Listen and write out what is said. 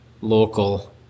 local